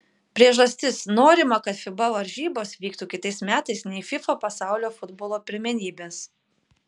priežastis norima kad fiba varžybos vyktų kitais metais nei fifa pasaulio futbolo pirmenybės